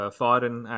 foreign